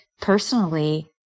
personally